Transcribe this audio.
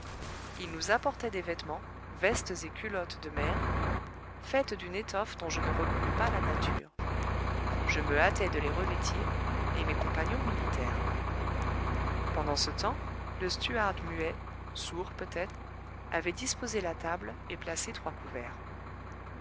il nous apportait des vêtements vestes et culottes de mer faites d'une étoffe dont je ne reconnus pas la nature je me hâtai de les revêtir et mes compagnons m'imitèrent pendant ce temps le stewart muet sourd peut-être avait disposé la table et placé trois couverts